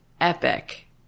epic